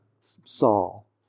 Saul